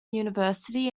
university